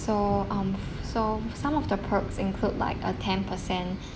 so um f~ so some of the perks include like a ten percent